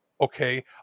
okay